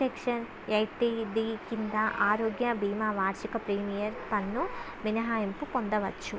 section eight ED క్రింద ఆరోగ్య భీమా వార్షిక ప్రీమియర్ పన్ను మినహాయింపు పొందవచ్చు